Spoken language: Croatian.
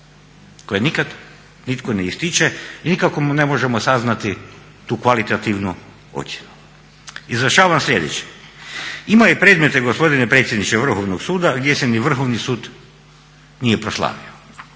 koje nikad nitko ne ističe i nikako mu ne možemo saznati tu kvalitativnu ocjenu. Izražavam sljedeće, ima i predmete gospodine predsjedniče Vrhovnog suda gdje se ni Vrhovni sud nije proslavio.